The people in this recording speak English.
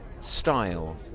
style